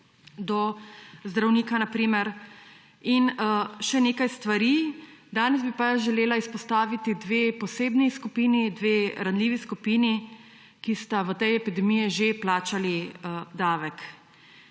do zdravnika, in še nekaj stvari. Danes bi pa želela izpostaviti dve posebni skupini, dve ranljivi skupini, ki sta v tej epidemiji že plačali davek.